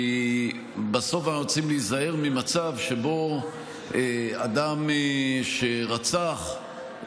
בסוף אנחנו רוצים להיזהר ממצב שבו אדם שרצח,